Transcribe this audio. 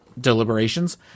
deliberations